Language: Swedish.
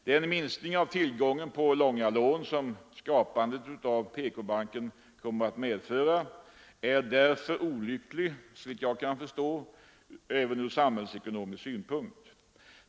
Den minskning av tillgången på långa lån som skapandet av PK-banken kommer att medföra är därför, såvitt jag kan förstå, olycklig även ur samhällsekonomisk synpunkt.